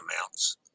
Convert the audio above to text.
amounts